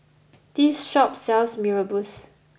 this shop sells Mee Rebus